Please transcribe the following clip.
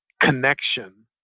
connection